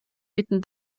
bitten